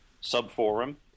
sub-forum